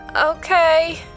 Okay